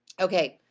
okay,